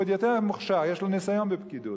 והוא עוד יותר מוכשר, יש לו ניסיון בפקידות.